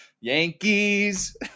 Yankees